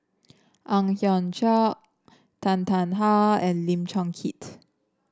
Ang Hiong Chiok Tan Tarn How and Lim Chong Keat